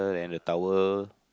and the towel